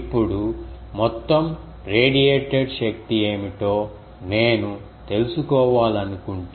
ఇప్పుడు మొత్తం రేడియేటెడ్ శక్తి ఏమిటో నేను తెలుసుకోవాలనుకుంటే